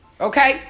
Okay